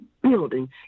building